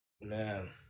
Man